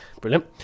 brilliant